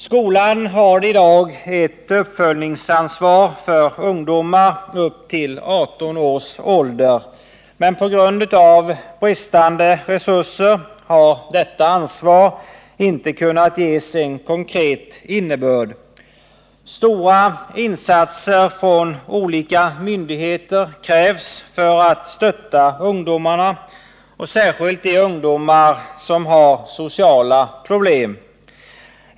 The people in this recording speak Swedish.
Skolan har i dag ett uppföljningsansvar för ungdomar upp till 18 års ålder, men på grund av bristande resurser har detta ansvar inte kunnat ges en konkret innebörd. Stora insatser från olika myndigheter krävs för att stötta ungdomarna och särskilt de ungdomar som har sociala problem.